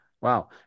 Wow